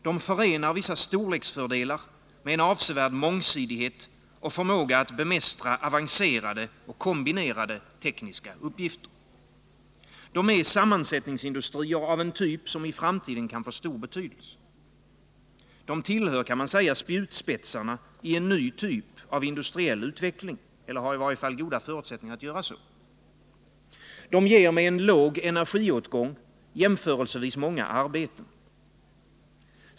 De förenar vissa storleksfördelar med en avsevärd mångsidighet och förmåga att bemästra avancerade och kombinerade tekniska uppgifter. De är sammansättningsin dustrier av en typ som i framtiden kan få stor betydelse. De tillhör, kan man — Nr 51 säga, spjutspetsarna i en ny typ av industriell utveckling eller har i varje fall Torsdagen den goda förutsättningar att göra det. 13 december 1979 De ger med låg energiåtgång jämförelsevis många arbeten.